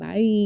Bye